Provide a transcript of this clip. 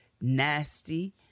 nasty